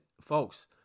folks